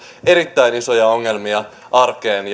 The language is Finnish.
erittäin isoja ongelmia arkeen